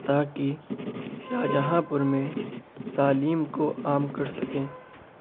تاکہ شاہجہاں پور میں تعلیم کو عام کر سکیں